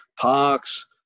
parks